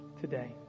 today